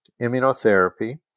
immunotherapy